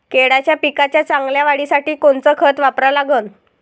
केळाच्या पिकाच्या चांगल्या वाढीसाठी कोनचं खत वापरा लागन?